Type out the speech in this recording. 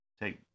take